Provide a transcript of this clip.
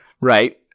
Right